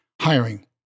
hiring